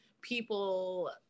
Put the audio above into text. people